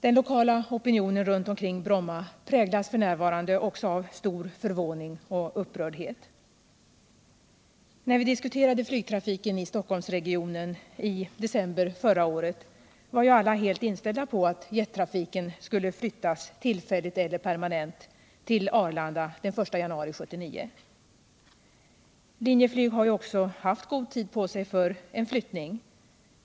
Den lokala opinionen runtomkring Bromma präglas f. n. också av stor förvåning och upprördhet. När vi diskuterade flygtrafiken i Stock holmsregionen i december förra året var ju alla helt inställda på att jettrafiken skulle flyttas tillfälligt eller permanent till Arlanda den 1 januari 1979. Linjeflyg har också haft god tid på sig för en flyttning.